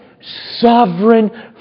sovereign